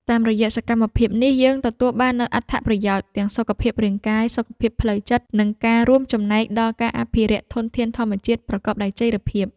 តាមរយៈសកម្មភាពនេះ យើងទទួលបាននូវអត្ថប្រយោជន៍ទាំងសុខភាពរាងកាយ សុខភាពផ្លូវចិត្ត និងការរួមចំណែកដល់ការអភិរក្សធនធានធម្មជាតិប្រកបដោយចីរភាព។